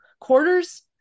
quarters